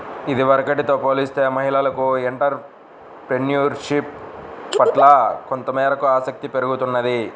ఇదివరకటితో పోలిస్తే మహిళలకు ఎంటర్ ప్రెన్యూర్షిప్ పట్ల కొంతమేరకు ఆసక్తి పెరుగుతున్నది